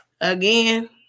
Again